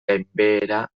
gainbehera